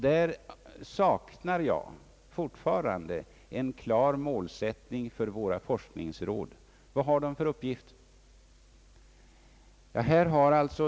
Där saknar jag fortfarande en klar målsättning för våra forskningsråd. Vad har de för uppgifter?